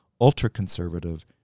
ultra-conservative